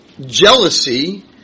jealousy